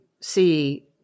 see